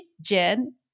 jen